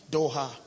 Doha